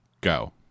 go